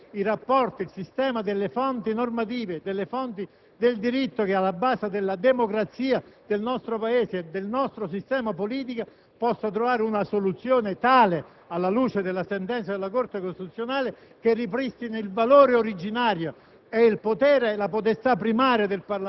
quelle necessarie convergenze, affinché il sistema delle fonti normative del diritto - che è alla base della democrazia del nostro Paese e del nostro sistema politico - possa individuare una soluzione tale, alla luce della citata sentenza della Corte costituzionale, che ripristini il valore originario